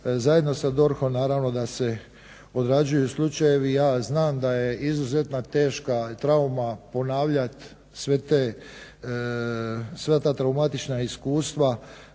Zajedno sa DORH-om naravno da se odrađuju slučajevi. Ja znam da je izuzetna teška trauma ponavljati sva ta traumatična iskustva